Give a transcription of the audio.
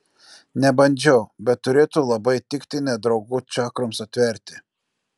nebandžiau bet turėtų labai tikti nedraugų čakroms atverti